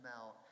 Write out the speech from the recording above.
out